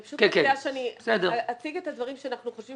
אני פשוט מציעה שאני אציג את הדברים שאנחנו חושבים